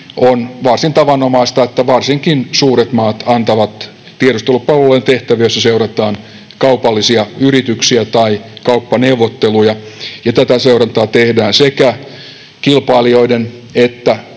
on varsin tavanomaista, että varsinkin suuret maat antavat tiedustelupalveluilleen tehtäviä, joissa seurataan kaupallisia yrityksiä tai kauppaneuvotteluja ja tätä seurantaa tehdään sekä kilpailijoiden että